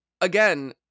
again